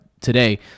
today